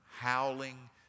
howling